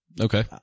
Okay